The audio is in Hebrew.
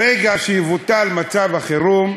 ברגע שיבוטל מצב החירום,